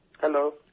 Hello